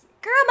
Girl